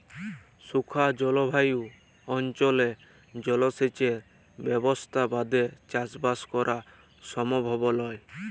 শুখা জলভায়ু অনচলে জলসেঁচের ব্যবসথা বাদে চাসবাস করা সমভব লয়